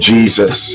Jesus